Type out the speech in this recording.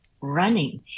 running